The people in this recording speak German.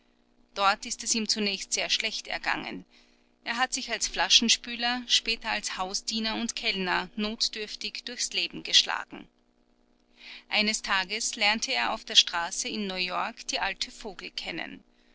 dort ist es ihm zunächst sehr schlecht ergangen er hat sich als flaschenspüler später als hausdiener und kellner notdürftig durchs leben geschlagen eines tages lernte er auf der straße in neuyork die alte vogel kennen